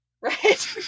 Right